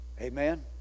amen